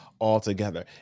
altogether